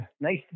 Nice